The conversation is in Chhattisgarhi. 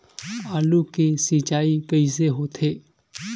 आलू के सिंचाई कइसे होथे?